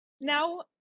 Now